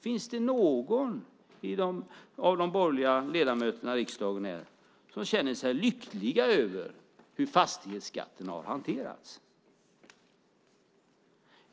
Finns det någon av de borgerliga ledamöterna i riksdagen här som känner sig lycklig över hur fastighetsskatten har hanterats?